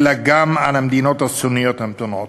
אלא גם על המדינות הסוניות המתונות.